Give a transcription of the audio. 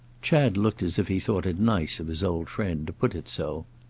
chad looked as if he thought it nice of his old friend to put it so.